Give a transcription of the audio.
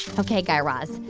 ok, guy raz,